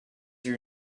your